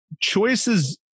choices